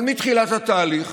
אבל מתחילת התהליך